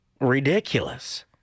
Ridiculous